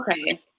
Okay